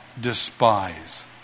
despise